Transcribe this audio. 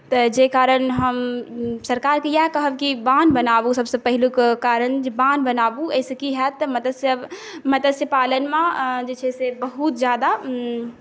तऽ जाहि कारण हम सरकारके इएह कहब कि बान्ध बनाबू सबसँ पहिलुक कारण जे बान्ध बनाबू एहिसँ कि हैत तऽ मत्स्य पालनमे जे छै से बहुत ज्यादा